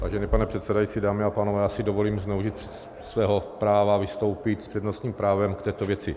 Vážený pane předsedající, dámy a pánové, já si dovolím zneužít svého práva vystoupit s přednostním právem k této věci.